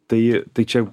tai tai čia